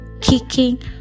kicking